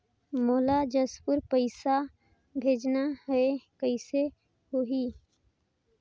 मोला जशपुर पइसा भेजना हैं, कइसे होही?